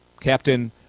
Captain